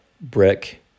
brick